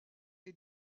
est